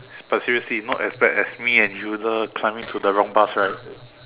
but seriously not as bad as me and Hilda climbing to the wrong bus right